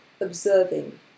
observing